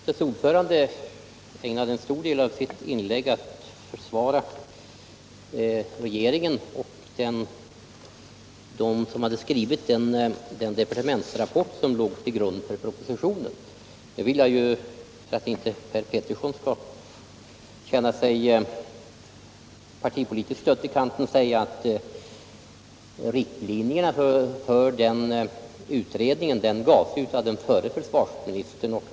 Herr talman! Försvarsutskottets ordförande ägnade en stor del av sitt inlägg åt att försvara regeringen och den som skrivit den departementsrapport som låg till grund för propositionen. Nu vill jag för att Per Petersson inte skall känna sig partipolitiskt stött i kanten peka på att riktlinjerna för utredarna angavs av den förre försvarsministern.